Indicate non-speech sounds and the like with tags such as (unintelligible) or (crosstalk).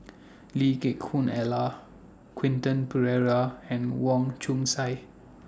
Lee Geck (unintelligible) Ellen Quentin Pereira and Wong Chong Sai